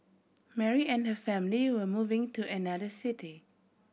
Mary and her family were moving to another city